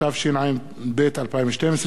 התשע"ב 2012,